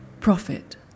Profit